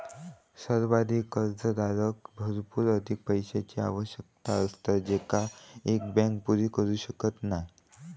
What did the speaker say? संवर्धित कर्जदाराक भरपूर अधिक पैशाची आवश्यकता असता जेंका एक बँक पुरी करू शकत नाय